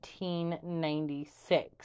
1996